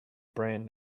brand